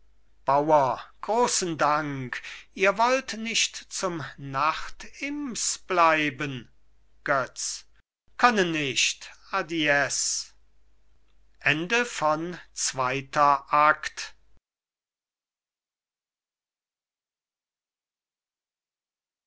bauer großen dank ihr wollt nicht zum nacht ims bleiben götz können nicht adies